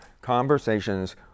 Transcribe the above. conversations